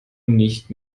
nicht